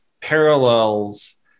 parallels